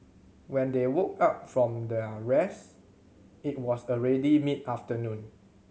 when they woke up from their rest it was already mid afternoon